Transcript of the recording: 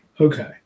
okay